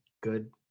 good